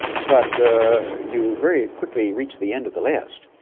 but you very quickly reach the end of the list.